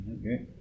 Okay